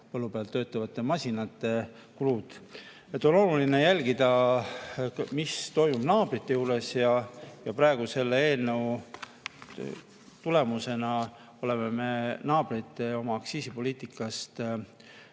põllu peal töötavate masinate kulusid. On oluline jälgida, mis toimub naabrite juures. Praegu selle eelnõu tulemusena oleme me naabrite aktsiisipoliitikast paremal